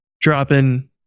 dropping